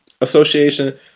association